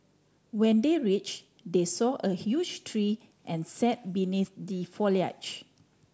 when they reach they saw a huge tree and sat beneath the foliage